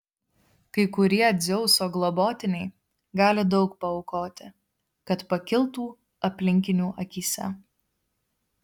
kai kurie dzeuso globotiniai gali daug paaukoti kad pakiltų aplinkinių akyse